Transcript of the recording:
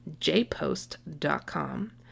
jpost.com